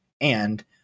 And-